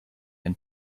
and